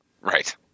Right